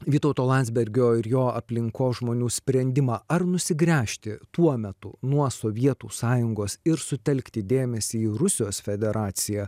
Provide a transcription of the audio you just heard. vytauto landsbergio ir jo aplinkos žmonių sprendimą ar nusigręžti tuo metu nuo sovietų sąjungos ir sutelkti dėmesį į rusijos federaciją